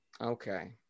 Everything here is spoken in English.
Okay